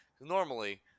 Normally